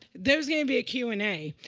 there's going to be a q and a.